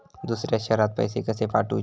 दुसऱ्या शहरात पैसे कसे पाठवूचे?